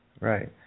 right